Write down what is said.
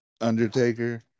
Undertaker